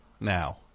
now